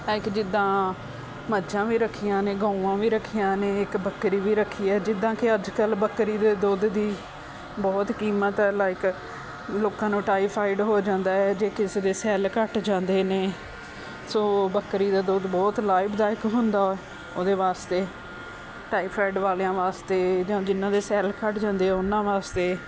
ਲਾਇਕ ਜਿੱਦਾਂ ਮੱਝਾਂ ਵੀ ਰੱਖੀਆਂ ਨੇ ਗਊਆਂ ਵੀ ਰੱਖੀਆਂ ਨੇ ਇੱਕ ਬੱਕਰੀ ਵੀ ਰੱਖੀ ਹੈ ਜਿੱਦਾਂ ਕਿ ਅੱਜ ਕੱਲ੍ਹ ਬੱਕਰੀ ਦੇ ਦੁੱਧ ਦੀ ਬਹੁਤ ਕੀਮਤ ਹੈ ਲਾਈਕ ਲੋਕਾਂ ਨੂੰ ਟਾਈਫਾਈਡ ਹੋ ਜਾਂਦਾ ਹੈ ਜੇ ਕਿਸੇ ਦੇ ਸੈੱਲ ਘੱਟ ਜਾਂਦੇ ਨੇ ਸੋ ਬੱਕਰੀ ਦਾ ਦੁੱਧ ਬਹੁਤ ਲਾਭਦਾਇਕ ਹੁੰਦਾ ਉਹਦੇ ਵਾਸਤੇ ਟਾਈਫਾਇਡ ਵਾਲਿਆਂ ਵਾਸਤੇ ਜਾਂ ਜਿਨ੍ਹਾਂ ਦੇ ਸੈਲ ਘੱਟ ਜਾਂਦੇ ਆ ਉਹਨਾਂ ਵਾਸਤੇ